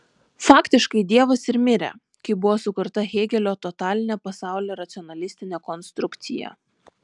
faktiškai dievas ir mirė kai buvo sukurta hėgelio totalinė pasaulio racionalistinė konstrukcija